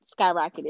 skyrocketed